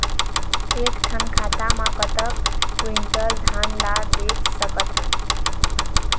एक ठन खाता मा कतक क्विंटल धान ला बेच सकथन?